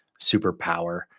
superpower